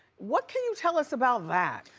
what can you tell us about that?